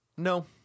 No